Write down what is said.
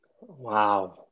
Wow